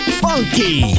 funky